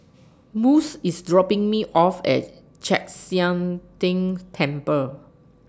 Mose IS dropping Me off At Chek Sian Tng Temple